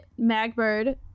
Magbird